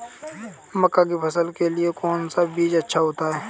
मक्का की फसल के लिए कौन सा बीज अच्छा होता है?